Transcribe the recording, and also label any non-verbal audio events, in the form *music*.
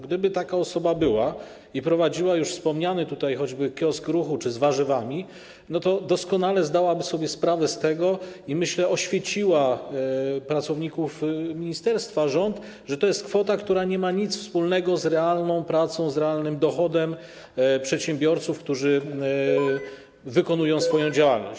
Gdyby taka osoba była i prowadziła już wspomniany tutaj choćby kiosk Ruchu czy kiosk z warzywami, to doskonale zdałaby sobie sprawę z tego - i, myślę, oświeciła pracowników ministerstwa, rząd - że to jest kwota, która nie ma nic wspólnego z realną pracą, z realnym dochodem przedsiębiorców, którzy *noise* wykonują swoją działalność.